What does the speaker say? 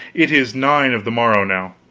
it is nine of the morning now.